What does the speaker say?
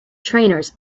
trainers